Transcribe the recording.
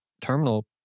terminal